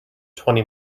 twenty